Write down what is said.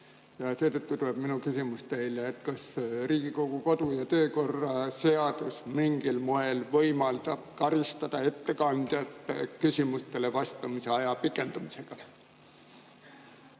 Seetõttu tuleb minu küsimus teile: kas Riigikogu kodu‑ ja töökorra seadus mingil moel võimaldab karistada ettekandjat küsimustele vastamise aja pikendamisega?